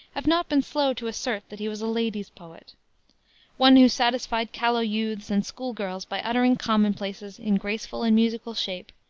have not been slow to assert that he was a lady's poet one who satisfied callow youths and school-girls by uttering commonplaces in graceful and musical shape,